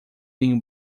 linho